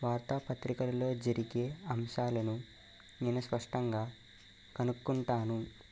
వార్తాపత్రికలలో జరిగే అంశాలను నేను స్పష్టంగా కనుగొంటాను